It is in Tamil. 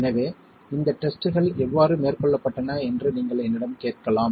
எனவே இந்த டெஸ்ட் கள் எவ்வாறு மேற்கொள்ளப்பட்டன என்று நீங்கள் என்னிடம் கேட்கலாம்